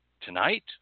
tonight